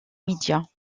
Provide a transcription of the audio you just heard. médias